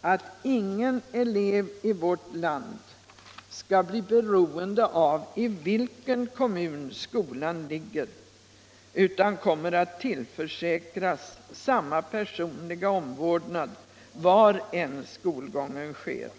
att ingen elev i vårt land skall bli beroende av i vilken kommun skolan ligger, utan kommer att tillförsäkras samma personliga omvårdnad var än skolgången sker.